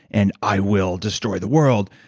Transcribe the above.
and i will destroy the world.